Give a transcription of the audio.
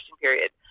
period